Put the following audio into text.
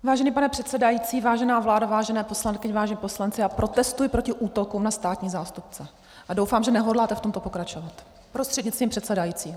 Vážený pane předsedající, vážená vládo, vážené poslankyně, vážení poslanci, já protestuji proti útokům na státní zástupce a doufám, že nehodláte v tomto pokračovat, prostřednictvím předsedajícího.